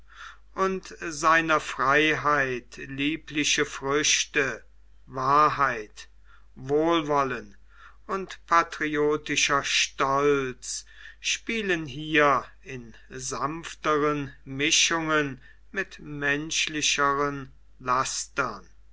und seiner freiheit liebliche früchte wahrheit wohlwollen und patriotischer stolz spielen hier in sanftern mischungen mit menschlicheren lastern